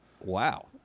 Wow